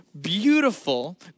beautiful